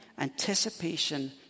Anticipation